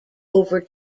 over